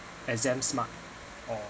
exam smart or